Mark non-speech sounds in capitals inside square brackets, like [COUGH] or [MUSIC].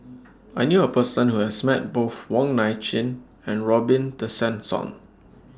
[NOISE] I knew A Person Who has Met Both Wong Nai Chin and Robin Tessensohn